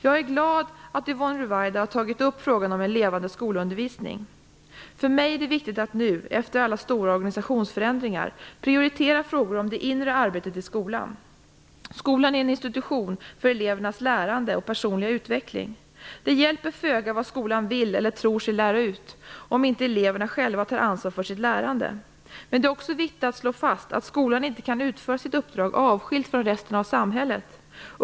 Jag är glad över att Yvonne Ruwaida har tagit upp frågan om en levande skolundervisning. För mig är det viktigt att nu - efter alla stora organisationsförändringar - prioritera frågor om det inre arbetet i skolan. Skolan är en institution för elevernas lärande och personliga utveckling. Det hjälper föga vad skolan vill eller tror sig lära ut om inte eleverna själva tar ansvar för sitt lärande. Men det är också viktigt att slå fast att skolan inte kan utföra sitt uppdrag avskilt från resten av samhället.